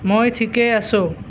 মই ঠিকেই আছো